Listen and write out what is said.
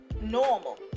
normal